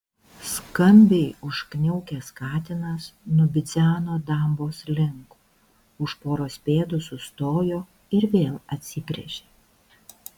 skambiai užkniaukęs katinas nubidzeno dambos link už poros pėdų sustojo ir vėl atsigręžė